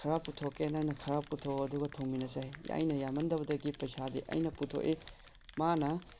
ꯈꯔ ꯄꯨꯊꯣꯛꯀꯦ ꯅꯪꯅ ꯈꯔ ꯄꯨꯊꯣꯛꯑꯣ ꯑꯗꯨꯒ ꯊꯣꯡꯃꯤꯟꯅꯁꯦ ꯑꯩꯅ ꯌꯥꯃꯟꯗꯕꯗꯒꯤ ꯄꯩꯁꯥꯗꯤ ꯑꯩꯅ ꯄꯨꯊꯣꯛꯏ ꯃꯥꯅ